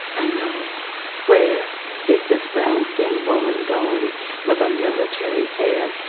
i know where is this brown skinned woman going with a military hair.